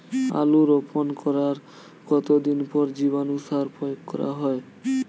আলু রোপণ করার কতদিন পর জীবাণু সার প্রয়োগ করা হয়?